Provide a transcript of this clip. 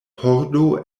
pordo